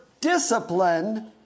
discipline